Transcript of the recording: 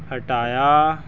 ਹਟਾਇਆ